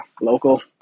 local